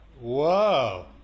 Whoa